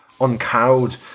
uncowed